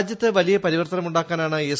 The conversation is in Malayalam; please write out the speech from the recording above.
രാജ്യത്ത് വലിയ പരിവർത്തനമുണ്ടാക്കാനാണ് എസ്